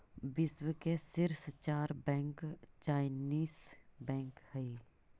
विश्व के शीर्ष चार बैंक चाइनीस बैंक हइ